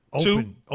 Two